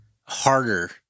harder